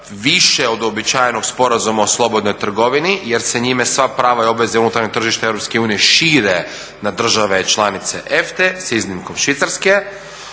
više od uobičajenog sporazuma o slobodnoj trgovini jer se njime sva prava i obveze unutarnjeg tržišta EU šire na države članice EFT-e, s iznimkom Švicarske,